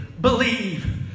believe